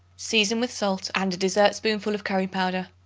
season with salt and a dessertspoonful of curry-powder.